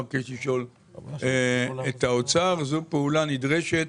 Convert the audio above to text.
אני מבקש לשאול גם את האוצר, כי זו פעולה נדרשת,